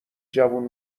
جوون